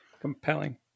Compelling